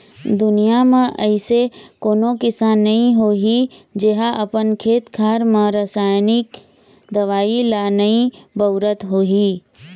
दुनिया म अइसे कोनो किसान नइ होही जेहा अपन खेत खार म रसाइनिक दवई ल नइ बउरत होही